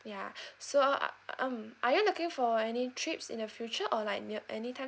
ya so um are you looking for any trips in the future or like near any time